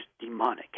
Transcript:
demonic